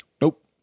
nope